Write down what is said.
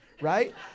right